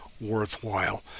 worthwhile